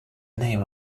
name